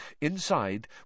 Inside